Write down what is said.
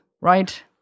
right